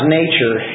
nature